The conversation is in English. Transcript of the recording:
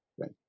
right